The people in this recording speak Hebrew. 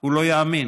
לא יאמין